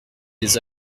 des